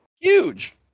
Huge